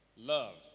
love